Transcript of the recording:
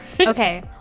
Okay